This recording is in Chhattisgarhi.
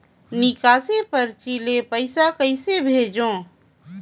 निकासी परची ले पईसा कइसे भेजों?